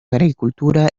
agricultura